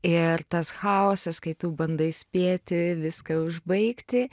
ir tas chaosas kai tu bandai spėti viską užbaigti